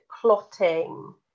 plotting